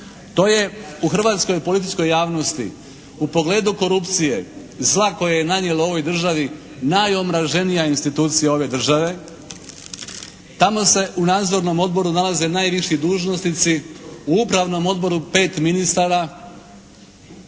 To je u hrvatskoj političkoj javnosti u pogledu korupcije zla koje je nanijelo ovoj državi, najomraženija institucija ove države. Tamo se u nadzornom odboru nalaze najviši dužnosnici u upravnom odboru pet ministara,